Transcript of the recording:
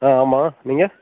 ஆ ஆமாம் நீங்கள்